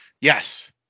Yes